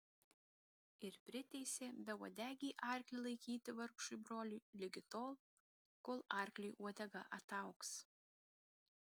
ir priteisė beuodegį arklį laikyti vargšui broliui ligi tol kol arkliui uodega ataugs